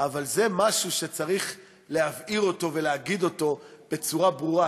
אבל זה משהו שצריך להבהיר אותו ולהגיד בצורה ברורה.